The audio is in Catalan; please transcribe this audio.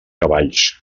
cavalls